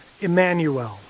Emmanuel